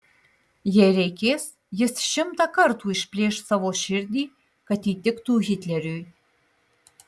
jei reikės jis šimtą kartų išplėš savo širdį kad įtiktų hitleriui